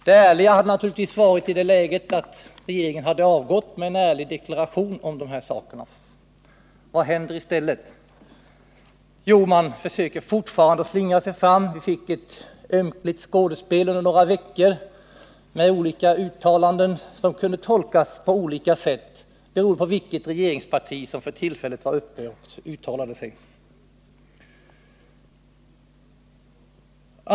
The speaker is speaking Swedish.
Det riktiga hade naturligtvis varit att regeringen hade avgått med en ärlig deklaration i frågan. Vad hände i stället? Jo, man försökte fortfarande slingra sig fram. Vi fick under några veckor bevittna ett ömkligt skådespel med uttalanden som kunde tolkas på olika sätt beroende på vilket regeringsparti som för tillfället uttalade sig.